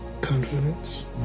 confidence